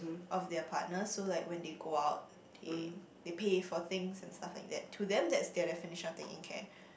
of their partners so like when they go out they they pay for things and stuff like that to them that's their definition of taking care